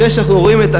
אחרי שאנחנו רואים את,